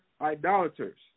idolaters